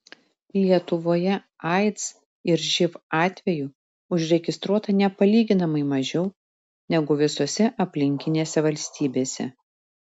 lietuvoje aids ir živ atvejų užregistruota nepalyginamai mažiau negu visose aplinkinėse valstybėse